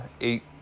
eight